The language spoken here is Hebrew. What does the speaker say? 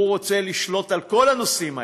הוא רוצה לשלוט בכל הנושאים האלה.